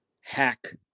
hack